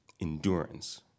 endurance